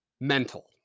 Mental